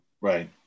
right